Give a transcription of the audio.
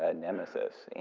and nemesis, and